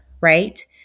right